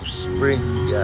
spring